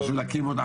חשוב להקים אותן.